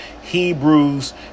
Hebrews